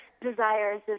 desires